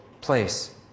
place